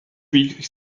wich